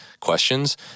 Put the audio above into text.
questions